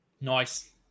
Nice